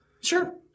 Sure